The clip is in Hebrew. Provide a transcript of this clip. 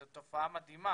זאת תופעה מדהימה.